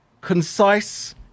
concise